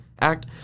act